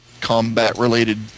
combat-related